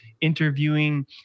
interviewing